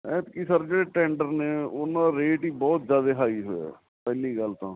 ਐਤਕੀ ਸਰ ਜਿਹੜੇ ਟੈਂਡਰ ਨੇ ਉਹਨਾਂ ਦਾ ਰੇਟ ਹੀ ਬਹੁਤ ਜ਼ਿਆਦਾ ਹਾਈ ਹੋਇਆ ਪਹਿਲੀ ਗੱਲ ਤਾਂ